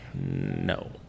No